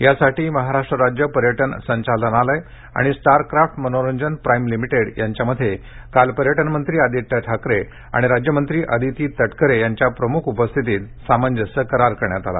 यासाठी महाराष्ट्र राज्य पर्यटन संचालनालय आणि स्टारक्राफ्ट मनोरंजन प्राईम लिमिटेड यांच्यामध्ये काल पर्यटन मंत्री आदित्य ठाकरे आणि राज्यमंत्री आदिती तटकरे यांच्या प्रमुख उपस्थितीत सामंजस्य करार करण्यात आला